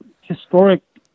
historic